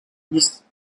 nice